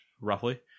roughly